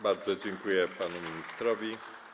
Bardzo dziękuję panu ministrowi.